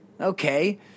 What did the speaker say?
okay